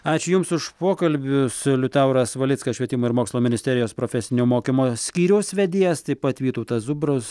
ačiū jums už pokalbius liutauras valickas švietimo ir mokslo ministerijos profesinio mokymo skyriaus vedėjas taip pat vytautas zubrus